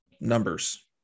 numbers